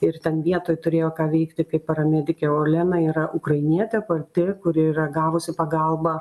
ir ten vietoj turėjo ką veikti kaip paramedikė olena yra ukrainietė pati kuri yra gavusi pagalbą